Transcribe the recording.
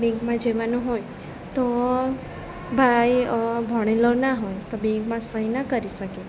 બેંકમાં જવાનું હોય તો ભાઈ ભણેલો ના હોય તો બેંકમાં સહી ના કરી શકે